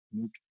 moved